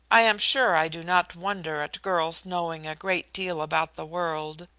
i am sure i do not wonder at girls knowing a great deal about the world.